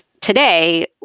today